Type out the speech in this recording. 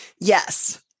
Yes